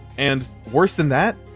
and worse than that.